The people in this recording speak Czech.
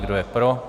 Kdo je pro?